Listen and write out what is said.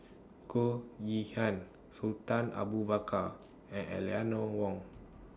Goh Yihan Sultan Abu Bakar and Eleanor Wong